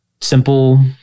Simple